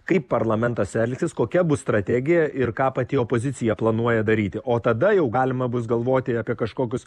kaip parlamentas elgsis kokia bus strategija ir ką pati opozicija planuoja daryti o tada jau galima bus galvoti apie kažkokius